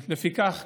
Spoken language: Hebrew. לפיכך,